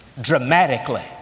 Dramatically